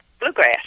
bluegrass